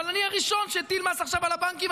אבל אני הראשון שהטיל מס עכשיו על הבנקים.